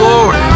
Lord